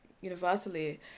universally